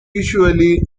usually